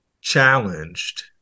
challenged